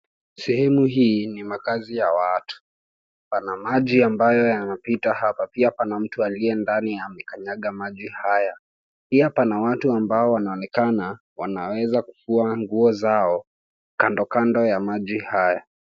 Sehemu hii ni makazi ya watu. Pana maji ambayo yanapita hapa. Pia pana mtu aliye ndani anakanyaga maji haya. Pia pana watu ambao wanaonekana wanaweza kufua nguo zao kando kando ya maji haya.